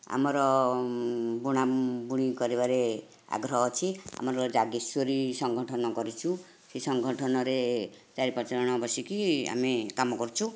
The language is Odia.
ଆମର ବୁଣା ବୁଣି କରିବାରେ ଅଗ୍ରହ ଅଛି ଆମର ଜାଗେଶ୍ଵରି ସଂଗଠନ କରିଛୁ ସେହି ସଙ୍ଗଠନରେ ଚାରି ପାଞ୍ଚ ଜଣ ବସିକି ଆମେ କାମ କରୁଛୁ